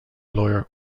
lawyer